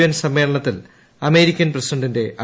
N സമ്മേളനത്തിൽ American പ്രസിഡന്റിന്റെ അഭിനന്ദനം